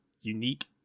unique